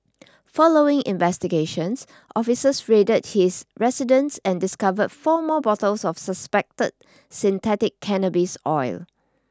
following investigations officers raided his residence and discovered four more bottles of suspected synthetic cannabis oil